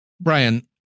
Brian